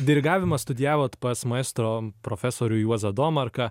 dirigavimą studijavot pas maestro profesorių juozą domarką